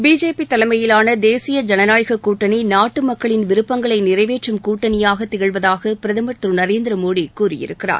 BJP தலைமையிலான தேசிய ஜனநாயக கூட்டணி நாட்டு மக்களின் விருப்பங்களை நிறைவேற்றும் கூட்டணியாக திகழ்வதாக பிரதமர் திருநரேந்திர மோடி கூறியிருக்கிறார்